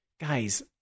guys